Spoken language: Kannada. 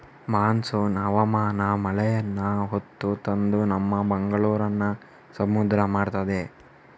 ಮಾನ್ಸೂನ್ ಹವಾಮಾನ ಮಳೆಯನ್ನ ಹೊತ್ತು ತಂದು ನಮ್ಮ ಮಂಗಳೂರನ್ನ ಸಮುದ್ರ ಮಾಡ್ತದೆ